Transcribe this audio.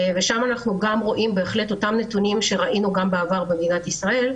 שם אנחנו רואים בהחלט אותם נתונים שראינו בעבר גם במדינת ישראל,